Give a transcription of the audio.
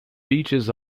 beaches